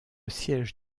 siège